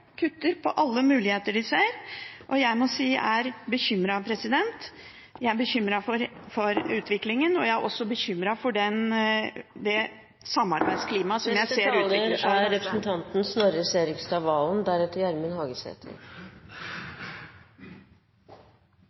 kutter på alle muligheter de ser. Jeg må si jeg er bekymret. Jeg er bekymret for utviklingen, og jeg er også bekymret for det samarbeidsklimaet jeg ser